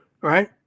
right